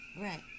Right